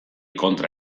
kontra